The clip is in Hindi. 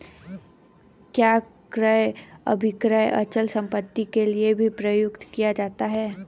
क्या क्रय अभिक्रय अचल संपत्ति के लिये भी प्रयुक्त किया जाता है?